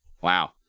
Wow